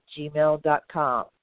gmail.com